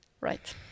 Right